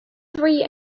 three